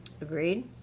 Agreed